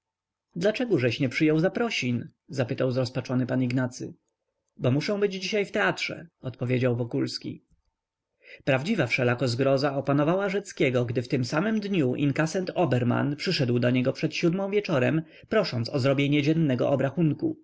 dlaczegóźeś nie przyjął zaprosin zapytał zrozpaczony pan ignacy bo muszę być dzisiaj w teatrze odpowiedział wokuskiwokulski prawdziwa wszelako zgroza opanowała rzeckiego gdy w tym samym dniu inkasent oberman przyszedł do niego przed siódmą wieczorem prosząc o zrobienie dziennego